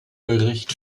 bericht